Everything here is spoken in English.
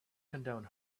condone